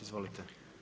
Izvolite.